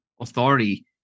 authority